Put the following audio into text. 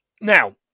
Now